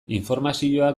informazioa